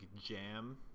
jam